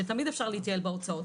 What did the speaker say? שתמיד אפשר להתייעל בהוצאות,